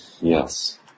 yes